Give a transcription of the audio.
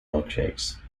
milkshakes